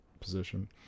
position